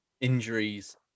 injuries